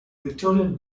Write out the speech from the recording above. victorian